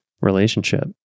relationship